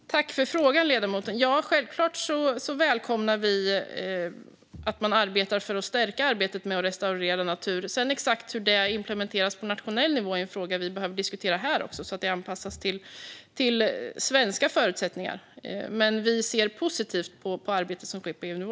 Herr talman! Tack för frågan, ledamoten! Ja, självklart välkomnar vi att man arbetar för att stärka arbetet med att restaurera natur. Hur det implementeras på nationell nivå är en fråga vi behöver diskutera här så att det anpassas till svenska förutsättningar. Men vi ser positivt på arbetet som sker på EU-nivå.